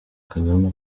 kagame